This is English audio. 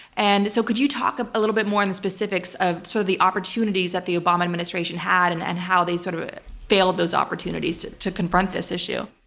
and so could you talk a little bit more on the specifics of so the opportunities that the obama administration had, and and how they sort of failed those opportunities to to confront this issue?